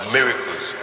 Miracles